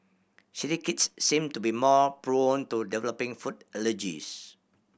city kids seem to be more prone to developing food allergies